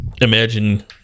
imagine